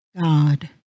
God